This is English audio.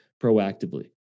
proactively